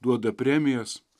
duoda premijas